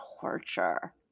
torture